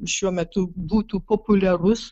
šiuo metu būtų populiarus